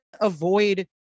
avoid